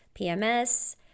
PMS